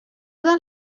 del